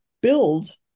build